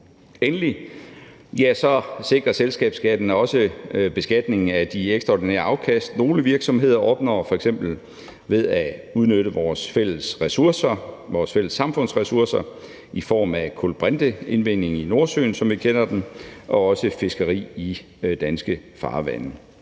Endelig sikrer selskabsskatten beskatningen af de ekstraordinære afkast, nogle virksomheder opnår ved f.eks. at udnytte vores fælles samfundsressourcer i form af kulbrinteindvinding i Nordsøen, som vi kender den, og også fiskeri i danske farvande.